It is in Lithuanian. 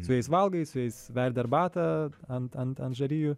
su jais valgai su jais verdi arbatą ant ant ant žarijų